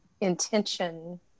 intention